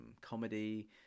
comedy